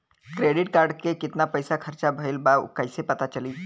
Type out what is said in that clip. Credit card के कितना पइसा खर्चा भईल बा कैसे पता चली?